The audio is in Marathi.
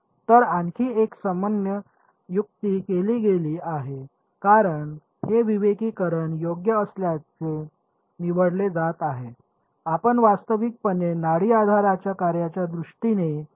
तर आणखी एक सामान्य युक्ती केली गेली आहे कारण हे विवेकीकरण योग्य असल्याचे निवडले जात आहे आपण वास्तविकपणे नाडी आधाराच्या कार्याच्या दृष्टीने पी क्यू आणि एफ पर्याय देऊ शकता